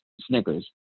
Snickers